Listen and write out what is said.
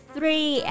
Three